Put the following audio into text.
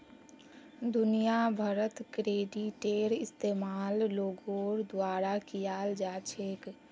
दुनिया भरत क्रेडिटेर इस्तेमाल लोगोर द्वारा कियाल जा छेक